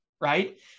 right